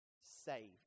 saved